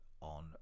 on